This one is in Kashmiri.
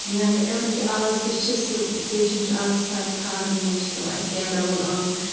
اِوٕن کہِ آز تہِ چھِ سُہ فیشَن چھِ آز تہِ سانؠن خانٛدرَن منز چھِ پؠوان اسہِ کیمرہ وول اَنُن